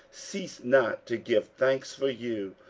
cease not to give thanks for you,